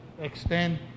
extend